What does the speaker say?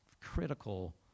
critical